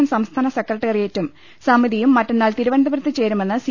M സംസ്ഥാന സെക്രട്ടേറി യറ്റും സമിതിയും മറ്റന്നാൾ തിരുവനന്തപുരത്ത് ചേരു മെന്ന് സി